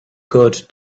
good